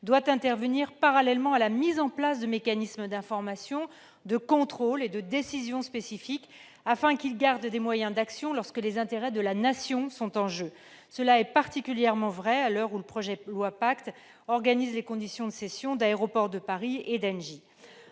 doit intervenir parallèlement à la mise en place de mécanismes d'information, de contrôle et de décision spécifiques, afin qu'il garde des moyens d'action lorsque les intérêts de la Nation sont en jeu. Cela est particulièrement vrai à l'heure où le projet de loi PACTE organise les conditions de la cession des participations de